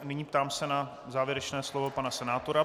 Nyní se ptám na závěrečné slovo pana senátora.